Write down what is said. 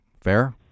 Fair